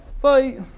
Bye